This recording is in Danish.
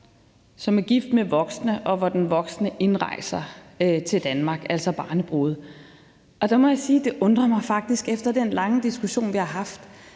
som er gift med voksne, og hvor den voksne indrejser til Danmark, altså barnebrude. Og der må jeg sige, at der faktisk er noget, der undrer mig, efter den lange diskussion, vi har haft.